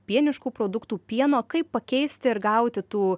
pieniškų produktų pieno kaip pakeisti ir gauti tų